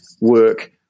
work